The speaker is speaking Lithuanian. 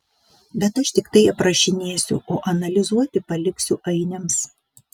bet aš tiktai aprašinėsiu o analizuoti paliksiu ainiams